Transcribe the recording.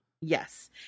Yes